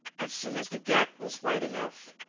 as soon as the gap was wide enough,